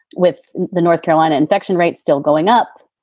with the north carolina infection rate still going up.